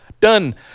done